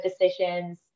decisions